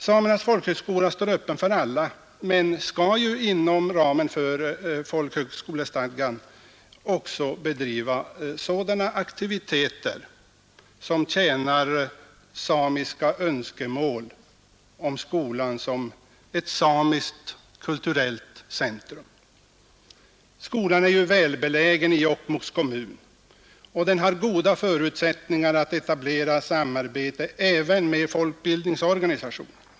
Samernas folkhögskola står öppen för alla, men den skall ju inom ramen för folkhögskolestadgan också bedriva sådana aktiviteter som tjänar samiska önskemål om skolan såsom ett samiskt kulturellt centrum. Skolan är välbelägen i Jokkmokks kommun och den har goda förutsättningar att etablera ett samarbete även med folkbildningsorganisationer.